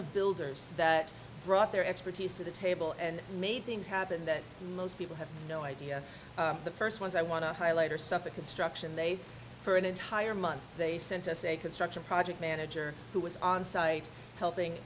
of builders that brought their expertise to the table and made things happen that most people have no idea the first ones i want to highlight are suffolk construction they for an entire month they sent us a construction project manager who was on site helping